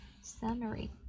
summary